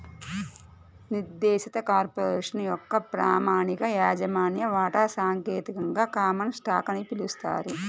నిర్దేశిత కార్పొరేషన్ యొక్క ప్రామాణిక యాజమాన్య వాటా సాంకేతికంగా కామన్ స్టాక్ అని పిలుస్తారు